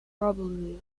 probably